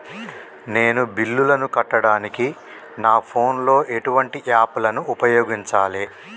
నేను బిల్లులను కట్టడానికి నా ఫోన్ లో ఎటువంటి యాప్ లను ఉపయోగించాలే?